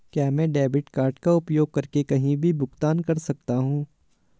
क्या मैं debit card का उपयोग करके कहीं भी भुगतान कर सकता हूं?